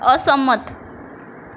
અસંમત